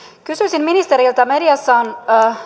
kysyisin ministeriltä mediasta on